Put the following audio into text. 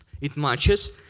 it matches.